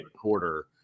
quarter